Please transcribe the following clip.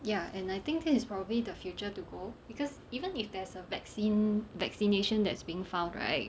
ya and I think this is probably the future to go because even if there's a vaccine vaccination that's being found right